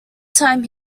time